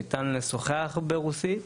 ניתן לשוחח ברוסית.